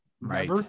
Right